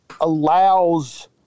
allows